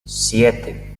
siete